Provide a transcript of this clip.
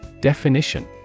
Definition